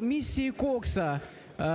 місії Кокса